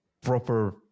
proper